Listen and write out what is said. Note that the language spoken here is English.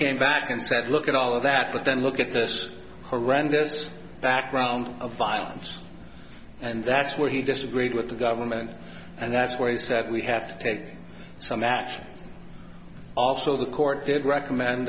came back and said look at all of that but then look at this horrendous background of violence and that's where he disagreed with the government and that's where he said we have to take some action also the court did recommend